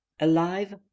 Alive